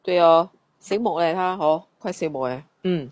对 lor seng mok leh 他 hor quite seng mok leh mm